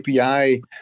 API